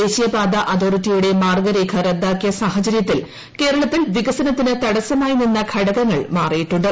ദേശീയപാത അതോറിറ്റിയുടെ മാർഗ്ഗരേഖ മുദ്ദിക്കിയ് സാഹചര്യത്തിൽ സംസ്ഥാനത്ത് വികസനത്തിന് തടസ്സമായി നിന്ന് ഘടകങ്ങൾ മാറിയിട്ടുണ്ട്